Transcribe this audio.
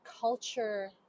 culture